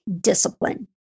discipline